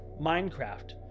Minecraft